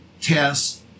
tests